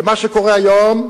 ומה שקורה היום,